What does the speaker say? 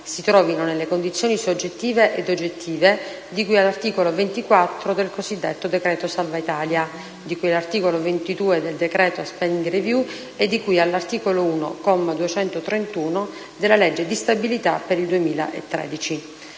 si trovino nelle condizioni soggettive e oggettive di cui all'articolo 24 del cosiddetto decreto salva Italia, di cui all'articolo 22 del decreto sulla *spending review* e di cui all'articolo 1, comma 231, della legge di stabilità per il 2013.